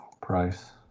price